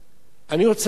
אני רוצה לומר,